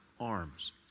arms